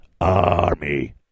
army